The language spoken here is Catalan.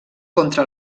contra